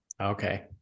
Okay